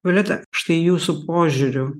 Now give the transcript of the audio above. violeta štai jūsų požiūriu